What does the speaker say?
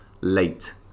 late